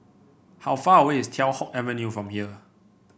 how far away is Teow Hock Avenue from here